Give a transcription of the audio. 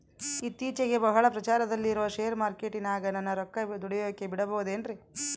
ಇತ್ತೇಚಿಗೆ ಬಹಳ ಪ್ರಚಾರದಲ್ಲಿರೋ ಶೇರ್ ಮಾರ್ಕೇಟಿನಾಗ ನನ್ನ ರೊಕ್ಕ ದುಡಿಯೋಕೆ ಬಿಡುಬಹುದೇನ್ರಿ?